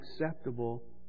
acceptable